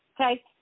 Okay